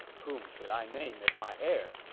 whom should i name as my heir?